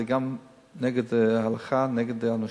זה גם נגד ההלכה, נגד האנושות.